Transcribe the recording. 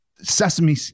sesame